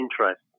interest